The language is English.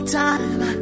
time